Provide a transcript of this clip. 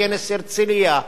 בכנס הרצלייה,